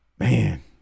Man